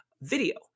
video